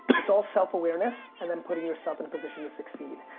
it's all self-awareness and then putting yourself in a position to succeed.